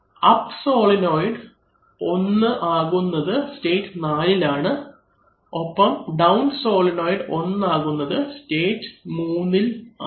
up solenoid 1 ആകുന്നത് state 4ഇൽ ആണ് ഒപ്പം ഡൌൺ സോളിനോയ്ഡ് 1 ആകുന്നത് സ്റ്റേറ്റ് 3ഇൽ ആണ്